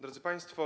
Drodzy Państwo!